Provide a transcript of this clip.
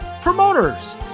Promoters